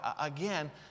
again